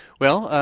well,